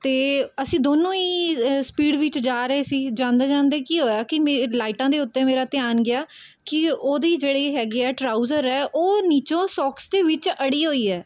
ਅਤੇ ਅਸੀਂ ਦੋਨੋਂ ਹੀ ਸਪੀਡ ਵਿੱਚ ਜਾ ਰਹੇ ਸੀ ਜਾਂਦੇ ਜਾਂਦੇ ਕੀ ਹੋਇਆ ਕਿ ਮੇ ਲਾਈਟਾਂ ਦੇ ਉੱਤੇ ਮੇਰਾ ਧਿਆਨ ਗਿਆ ਕਿ ਉਹਦੀ ਜਿਹੜੀ ਹੈਗੀ ਆ ਟਰਾਊਜ਼ਰ ਹੈ ਉਹ ਨੀਚੋਂ ਸੋਕਸ ਦੇ ਵਿੱਚ ਅੜੀ ਹੋਈ ਹੈ